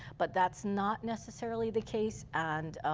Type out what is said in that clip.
but that's not necessarily the case. and